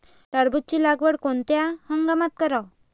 टरबूजाची लागवड कोनत्या हंगामात कराव?